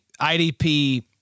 IDP